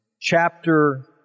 Chapter